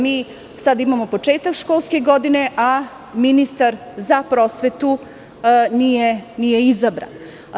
Mi sad imamo početak školske godine, a ministar za prosvetu nije izabran.